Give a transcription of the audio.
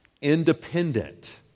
independent